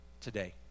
today